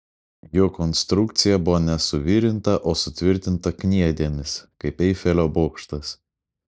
jo konstrukcija buvo ne suvirinta o sutvirtinta kniedėmis kaip eifelio bokštas